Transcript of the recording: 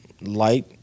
light